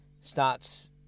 starts